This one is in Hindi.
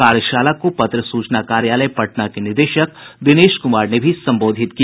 कार्यशाला को पत्र सूचना कार्यालय पटना के निदेशक दिनेश कुमार ने भी संबोधित किया